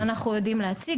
כן, אנחנו יודעים להציג.